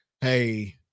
hey